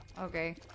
okay